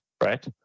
right